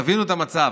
תבינו את המצב,